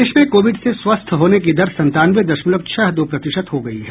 प्रदेश में कोविड से स्वस्थ होने की दर संतानवे दशमलव छह दो प्रतिशत हो गई है